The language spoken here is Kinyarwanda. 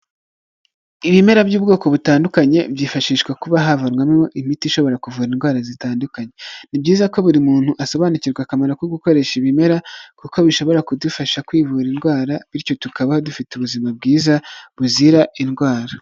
Ibimera by'ubwoko butandukanye, byifashishwa kuba havanwamo imiti ishobora kuvura indwara zitandukanye, ni byiza ko buri muntu asobanukirwa akamaro ko gukoresha ibimera kuko bishobora kudufasha kwivura indwara, bityo tukabaho dufite ubuzima bwiza buzira indwara.